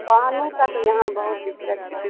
پانی کا تو یہاں بہت دقت ہے